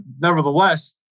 nevertheless